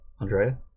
Andrea